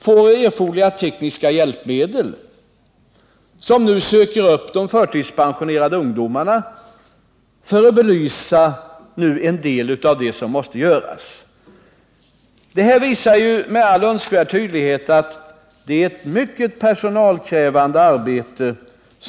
Det måste finnas personal som söker upp de förtidspensionerade ungdomarna. Jag nämner detta för att belysa en del av det som måste göras. Vad som nu framhållits visar med all önskvärd tydlighet att det rör sig om ett mycket personalkrävande arbete.